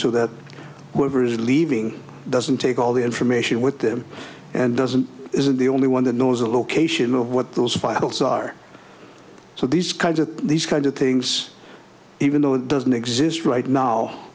so that whoever is leaving doesn't take all the information with them and doesn't isn't the only one that knows the location of what those files are so these kinds of these kind of things even though it doesn't exist right now